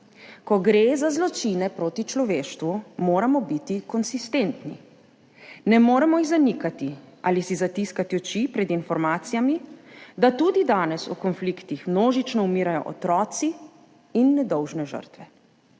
Ko gre za zločine proti človeštvu, moramo biti konsistentni. Ne moremo jih zanikati ali si zatiskati oči pred informacijami, da tudi danes v konfliktih množično umirajo otroci in nedolžne žrtve.